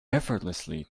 effortlessly